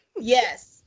Yes